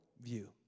view